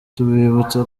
tubibutse